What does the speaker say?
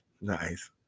Nice